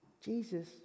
Jesus